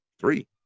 three